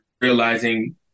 realizing